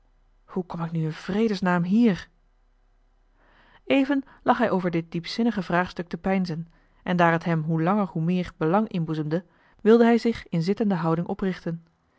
hoe kom ik nu in vredesnaam hier even lag hij over dit diepzinnige vraagstuk te peinzen en daar het hem hoe langer hoe meer belang inboezemde wilde hij zich in zittende houding oprichten